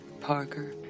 Parker